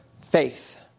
faith